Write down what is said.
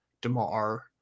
demar